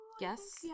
Yes